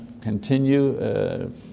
continue